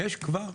יש כבר.